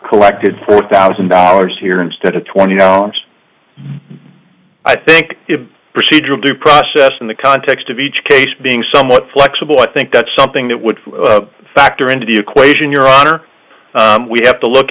collected four thousand dollars here instead of twenty pounds i think it's procedural due process in the context of each case being somewhat flexible i think that's something that would factor into the equation your honor we have to look